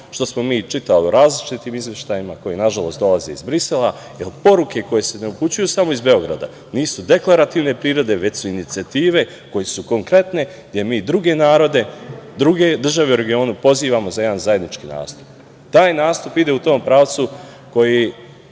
što smo mi čitali o različitim izveštajima, koji nažalost dolaze iz Brisela, jer poruke koje se ne upućuju samo iz Beograda nisu deklarativne prirode, već su inicijative koje su konkretne, gde druge narode, druge države u regionu pozivamo za jedan zajednički nastup. Taj nastup ide u tom pravcu, možda